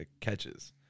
catches